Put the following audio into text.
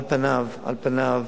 על פניו,